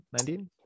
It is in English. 19